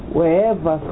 Wherever